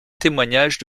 témoignage